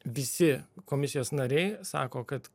visi komisijos nariai sako kad